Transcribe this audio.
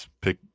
pick